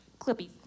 clippy